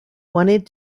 wanted